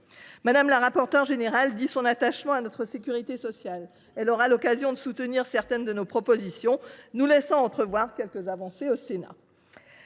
Mme la rapporteure générale exprime son attachement à notre sécurité sociale, elle aura l’occasion de soutenir certaines de nos propositions, nous laissant entrevoir quelques avancées au Sénat…